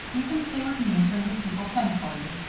you can stay with me until your people send for you.